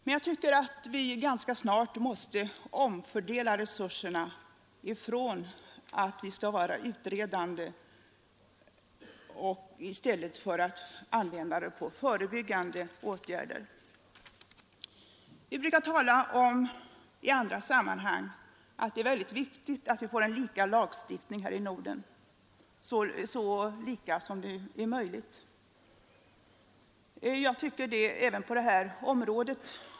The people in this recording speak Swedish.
RR Jag tycker att vi ganska snart måste omfördela resurserna från Sjukvården utredande till förebyggande åtgärder. Vi brukar i andra sammanhang tala om att det är väldigt viktigt att vi får så lika lagstiftning här i Norden som det är möjligt. Det borde gälla även på det här området.